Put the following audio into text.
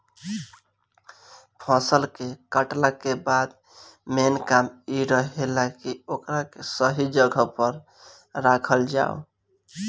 फसल के कातला के बाद मेन काम इ रहेला की ओकरा के सही जगह पर राखल जाव